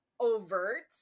overt